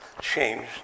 changed